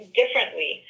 differently